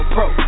Pro